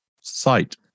site